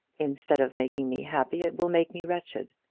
instead of making me happy it will make me wretched.